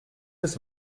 des